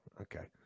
okay